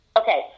Okay